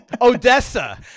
Odessa